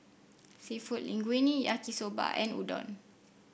seafood Linguine Yaki Soba and Udon